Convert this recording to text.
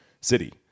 City